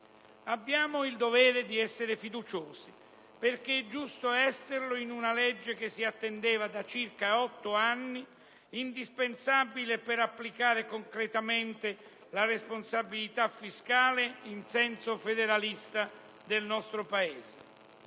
Abbiamo il dovere di essere fiduciosi, perché è giusto esserlo in una legge che si attendeva da circa otto anni, indispensabile per applicare concretamente la responsabilità fiscale, in senso federalista, nel nostro Paese.